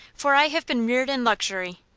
for i have been reared in luxury,